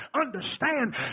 understand